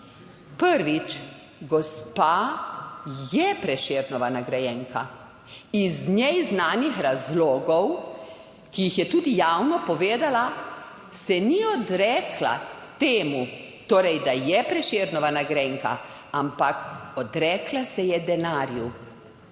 Prvič, gospa je Prešernova nagrajenka. Iz njej znanih razlogov, ki jih je tudi javno povedala, se ni odrekla temu, torej da je Prešernova nagrajenka, ampak odrekla se je denarju.